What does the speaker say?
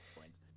points